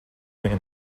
vien